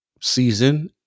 season